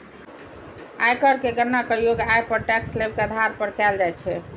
आयकर के गणना करयोग्य आय पर टैक्स स्लेब के आधार पर कैल जाइ छै